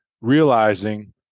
realizing